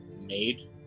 made